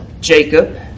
Jacob